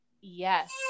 Yes